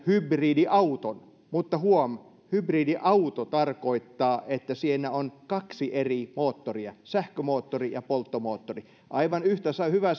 hybridiauton niin huom hybridiauto tarkoittaa että siinä on kaksi eri moottoria sähkömoottori ja polttomoottori aivan yhtä hyvä